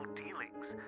dealings